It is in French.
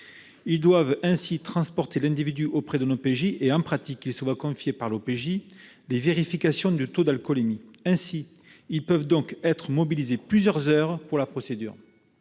Ils doivent ainsi transporter l'individu auprès d'un OPJ. En pratique, ils se voient confier par l'OPJ les vérifications du taux d'alcoolémie. Ainsi, ils peuvent donc être mobilisés plusieurs heures pour la procédure.